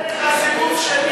עוד יהיה לך סיבוב שני,